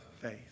faith